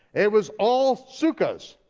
it was all sukkahs.